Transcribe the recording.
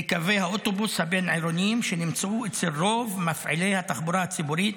בקווי האוטובוס הבין-עירוניים שנמצאו אצל רוב מפעילי התחבורה הציבורית